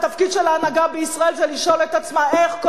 התפקיד של ההנהגה בישראל זה לשאול את עצמה: איך,